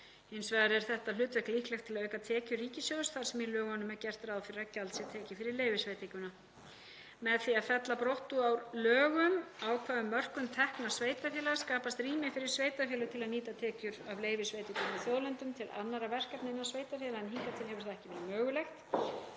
Hins vegar er þetta hlutverk líklegt til að auka tekjur ríkissjóðs þar sem í lögunum er gert ráð fyrir að gjald sé tekið fyrir leyfisveitinguna. Með því að fella brott úr lögum ákvæði um mörkun tekna sveitarfélaga skapast rými fyrir sveitarfélög til að nýta tekjur af leyfisveitingum í þjóðlendum til annarra verkefna innan sveitarfélaga en hingað til hefur það ekki verið mögulegt.